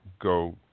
go